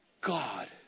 God